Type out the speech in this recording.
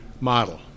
model